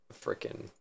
freaking